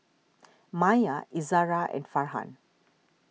Maya Izzara and Farhan